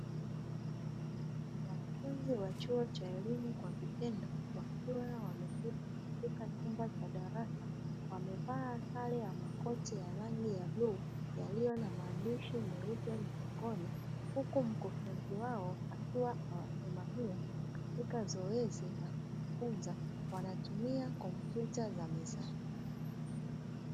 Wanafunzi wa chuo cha elimu kwa vitendo wakiwa wameketi katika chumba cha darasa. Wamevaa sare ya makoti ya rangi ya bluu yaliyo na maandishi meupe mgongoni. Yupo mkufunzi wao akiwa anawasimamia katika zoezi la kufunza. Wanatumia kompyuta za mezani.